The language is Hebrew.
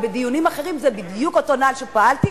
ובדיונים אחרים זה בדיוק אותו נוהל שבו פעלתי,